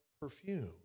perfume